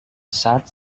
saat